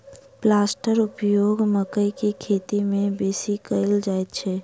प्लांटरक उपयोग मकइ के खेती मे बेसी कयल जाइत छै